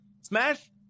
Smash